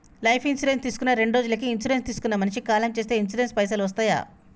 Life insurance తీసుకున్న రెండ్రోజులకి insurance తీసుకున్న మనిషి కాలం చేస్తే ఇన్సూరెన్స్ పైసల్ వస్తయా?